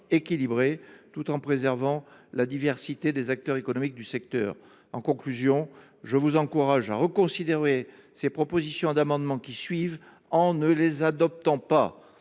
équilibrée, tout en préservant la diversité des acteurs économiques du secteur. En conclusion, je vous encourage à reconsidérer ces amendements et à ne pas les adopter. Des